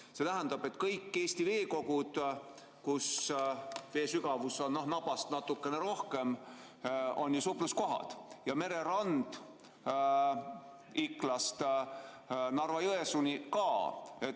See tähendab, et kõik Eesti veekogud, kus vee sügavust on nabast natukene rohkem, on supluskohad ja mererand Iklast Narva-Jõesuuni ka.